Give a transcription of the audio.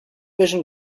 vision